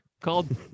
called